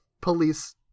police